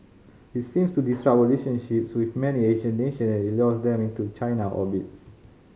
it seeks to disrupt our relationships with many Asian nation as it lures them into China orbits